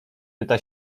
pyta